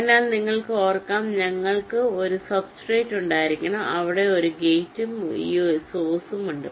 അതിനാൽ നിങ്ങൾക്ക് ഓർക്കാം ഞങ്ങൾക്ക് ഒരു സബ്സ്ട്രേറ്റ് ഉണ്ടായിരിക്കണം അവിടെ നിങ്ങൾക്ക് ഗേറ്റും ഈ സോഴ്സും ഉണ്ട്